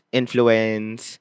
influence